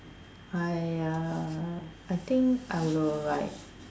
I uh I think I will like